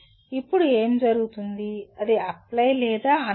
ఇప్పుడు ఏమి జరుగుతుంది అది అప్లై లేదా అనలైజ్